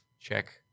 check